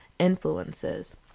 influences